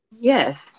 Yes